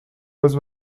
was